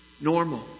normal